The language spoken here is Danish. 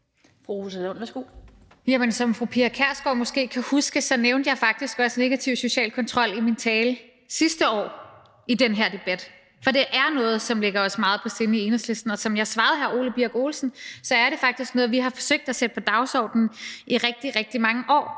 som fru Pia Kjærsgaard måske kan huske, så nævnte jeg faktisk også negativ social kontrol i min tale sidste år i den her debat, for det er noget, som ligger os meget på sinde i Enhedslisten. Og som jeg svarede hr. Ole Birk Olesen, så er det faktisk noget, vi har forsøgt at sætte på dagsordenen i rigtig, rigtig mange år,